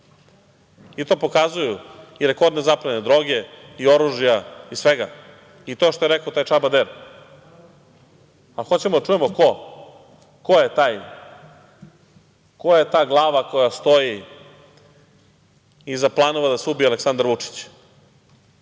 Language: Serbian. i to pokazuju i rekordna zaplena droge i oružja i svega i to što je rekao taj Čaba Der, a hoćemo da čujemo ko je taj, ko je ta glava koja stoji iza planova da se ubije Aleksandar Vučić?